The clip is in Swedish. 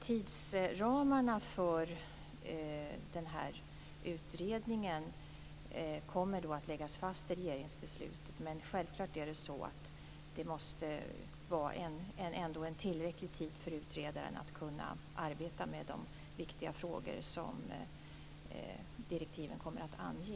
Tidsramarna för den här utredningen kommer att läggas fast i regeringsbeslutet, men det måste självfallet vara tillräckligt med tid för att utredaren skall kunna arbeta med de viktiga frågor som direktiven kommer att ange.